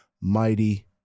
Mighty